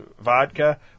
vodka